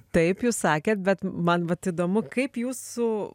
taip jūs sakėt bet man vat įdomu kaip jūsų